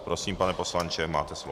Prosím, pane poslanče, máte slovo.